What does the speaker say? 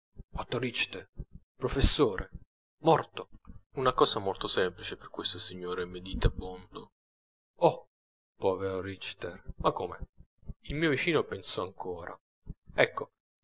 professore morto una cosa molto semplice per questo signore meditabondo oh povero richter ma come il mio vicino pensò ancora ecco